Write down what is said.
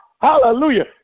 Hallelujah